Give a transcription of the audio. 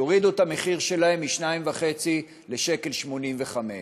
יורידו את המחיר שלהם מ-2.5 שקלים ל-1.85 שקל.